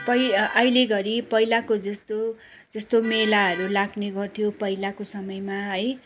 पै अहिलेघरि पहिलाको जस्तो जस्तो मेलाहरू लाग्ने गर्थ्यो पहिलाको समयमा है